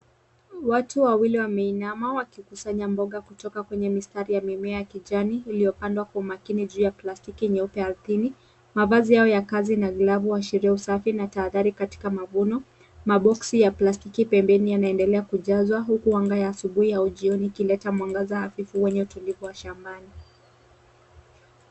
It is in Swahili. Watu wawili wameinama wakikusanya mboga kutoka kwenye mistari ya mimea ya kijani iliyopandwa kwa umakini juu ya plastiki nyeupe ardhini. Mavazi yao ya kazi na glovu huashiria usafi na tahadhari katika mavuno. Maboksi ya plastiki pembeni yanaendelea kujazwa huku anga ya asubuhi au jioni ikileta mwangaza hafifu wenye utulivu shambani.